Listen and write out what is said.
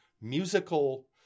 musical